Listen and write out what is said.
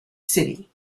city